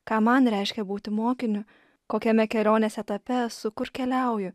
ką man reiškia būti mokiniu kokiame kelionės etape esu kur keliauju